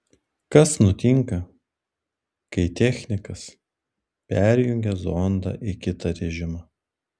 kas nutinka kai technikas perjungia zondą į kitą režimą